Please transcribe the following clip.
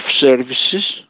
services